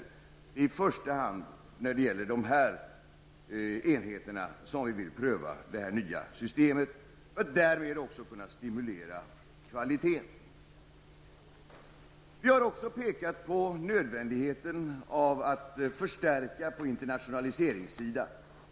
Det är i första hand när det gäller dessa enheter som vi vill pröva detta nya system för att därmed också kunna stimulera kvaliteten. Vi har också pekat på nödvändigheten av att förstärka på internationaliseringssidan.